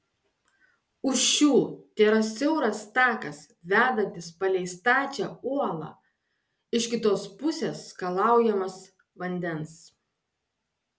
už šių tėra siauras takas vedantis palei stačią uolą iš kitos pusės skalaujamas vandens